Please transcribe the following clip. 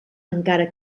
encara